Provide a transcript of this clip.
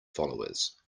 followers